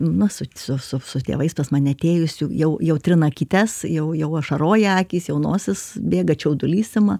nu su su su su tėvais pas mane atėjusių jau jau trina akytes jau jau ašaroja akys jau nosis bėga čiaudulys ima